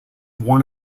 one